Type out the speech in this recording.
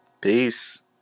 Peace